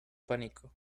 pánico